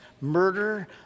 murder